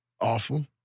Awful